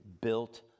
built